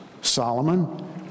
Solomon